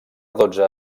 dotze